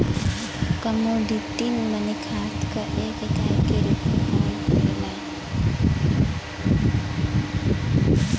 commodity money खात क एक इकाई के रूप में काम करला